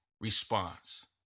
response